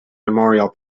memorial